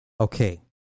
Okay